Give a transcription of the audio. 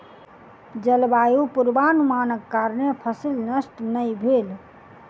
जलवायु पूर्वानुमानक कारणेँ फसिल नष्ट नै भेल